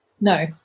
No